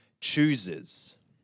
chooses